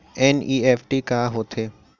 NEFT का होथे?